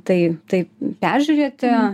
tai tai peržiūrėti